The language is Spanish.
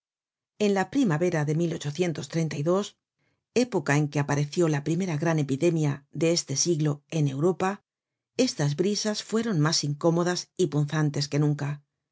en la primavera de época en que apareció la primera gran epidemia de este siglo en europa estas brisas fueron mas incómodas y punzantes que nunca